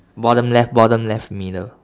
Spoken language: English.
bottom left bottom left middle